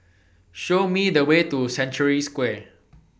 Show Me The Way to Century Square